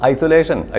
Isolation